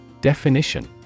Definition